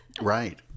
Right